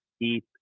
deep